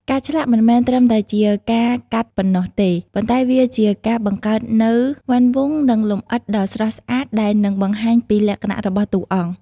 ការឆ្លាក់មិនមែនត្រឹមតែជាការកាត់ប៉ុណ្ណោះទេ ប៉ុន្តែវាជាការបង្កើតនូវវណ្ឌវង្កនិងលម្អិតដ៏ស្រស់ស្អាតដែលនឹងបង្ហាញពីលក្ខណៈរបស់តួអង្គ។